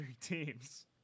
teams